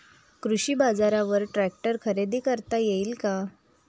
कृषी बाजारवर ट्रॅक्टर खरेदी करता येईल का?